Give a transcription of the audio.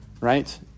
right